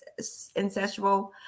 incestual